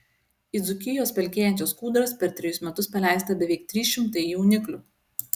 į dzūkijos pelkėjančias kūdras per trejus metus paleista beveik trys šimtai jauniklių